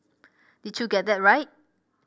did you get that right